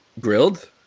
Grilled